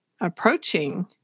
approaching